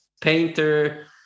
painter